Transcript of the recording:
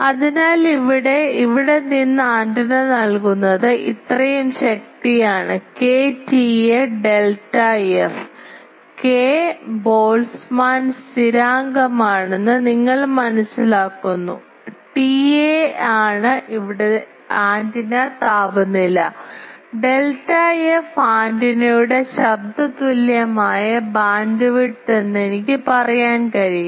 അതിനാൽ ഇവിടെ നിന്ന് ആന്റിന നൽകുന്നത് ഇത്രയും ശക്തിയാണ് K TA delta f K Boltzmann സ്ഥിരാങ്കമാണെന്ന് നിങ്ങൾ മനസ്സിലാക്കുന്നു TA യാണ് ഇവിടെ ആന്റിന താപനില delta f ആന്റിനയുടെ ശബ്ദ തുല്യമായ ബാൻഡ്വിഡ്ത്ത് എന്ന് എനിക്ക് പറയാൻ കഴിയും